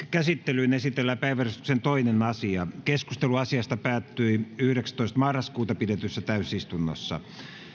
käsittelyyn esitellään päiväjärjestyksen toinen asia keskustelu asiasta päättyi yhdeksästoista yhdettätoista kaksituhattayhdeksäntoista pidetyssä täysistunnossa